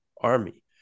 army